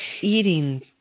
eating